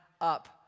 up